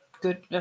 good